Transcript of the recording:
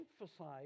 emphasize